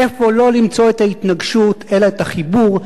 איפה לא למצוא את ההתנגשות אלא את החיבור,